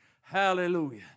Hallelujah